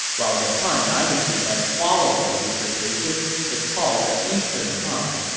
while the han dynasty that followed the usurpation is called the eastern han.